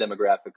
demographic